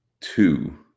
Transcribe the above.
two